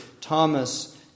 Thomas